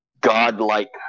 godlike